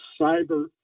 cyber